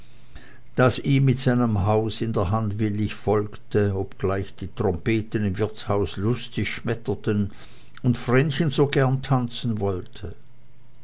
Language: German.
das ihm mit seinem haus in der hand willig folgte obgleich die trompeten im wirtshause lustig schmetterten und vrenchen so gern tanzen wollte